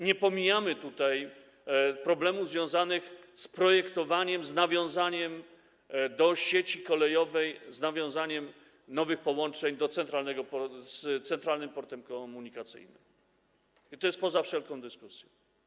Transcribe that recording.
Nie pomijamy tutaj problemów związanych z projektowaniem, z nawiązaniem do sieci kolejowej, z nawiązaniem nowych połączeń z Centralnym Portem Komunikacyjnym, to jest poza wszelką dyskusją.